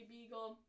Beagle